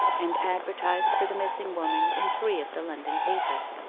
and advertised for the missing woman in three of the london papers.